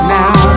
now